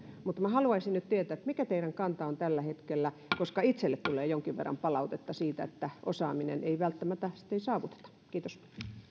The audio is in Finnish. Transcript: mutta haluaisin nyt tietää mikä teidän kantanne on tällä hetkellä koska itselleni tulee jonkin verran palautetta siitä että osaamista ei välttämättä saavuteta kiitos